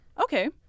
Okay